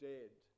dead